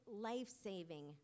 life-saving